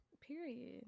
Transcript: period